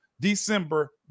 December